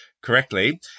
correctly